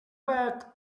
back